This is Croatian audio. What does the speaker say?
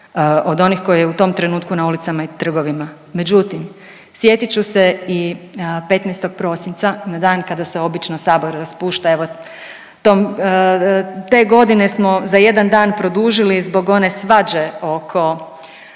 od onih koja je u tom trenutku na ulicama i trgovima, međutim sjetit ću se i 15. prosinca na dan kada se obično sabor raspušta, evo tom, te godine smo za jedan dan produžili zbog one svađe oko